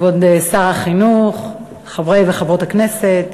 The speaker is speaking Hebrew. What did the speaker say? כבוד שר החינוך, חברי וחברות הכנסת,